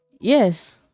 Yes